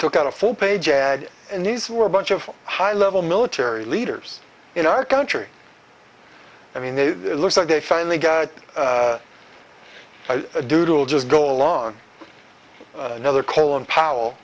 took out a full page ad in these were a bunch of high level military leaders in our country i mean it looks like they finally got i doodled just go along another colin powell